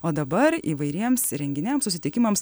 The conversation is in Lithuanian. o dabar įvairiems renginiams susitikimams